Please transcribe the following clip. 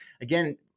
again